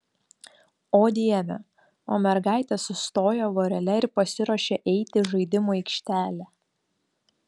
o dieve o mergaitės sustoja vorele ir pasiruošia eiti į žaidimų aikštelę